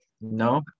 No